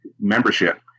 membership